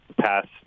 past